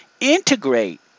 integrate